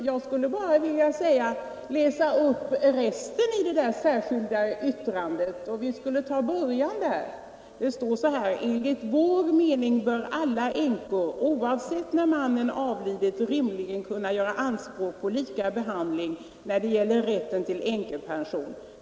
Herr talman! Jag vill bara läsa upp resten av det särskilda yttrandet: ”Enligt vår mening bör alla änkor, oavsett när mannen avlidit, rimligen kunna göra anspråk på lika behandling när det gäller rätten till änkepension.